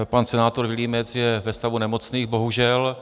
Pan senátor Vilímec je ve stavu nemocných, bohužel.